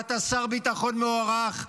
אתה שר ביטחון מוערך,